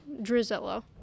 Drizella